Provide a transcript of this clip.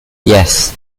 yes